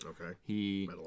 Okay